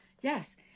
Yes